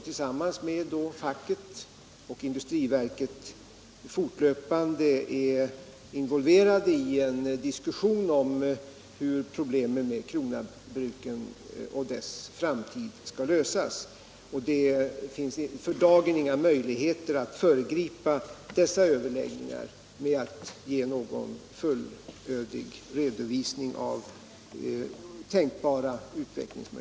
tillsammans med facket och industriverket — fortlöpande är involverade i en diskussion om hur problemet med Krona-Brukens framtid skall lösas. För dagen finns inga möjligheter att föregripa dessa överläggningar genom att göra någon fullödig redovisning av tänkbara utvecklingsvägar.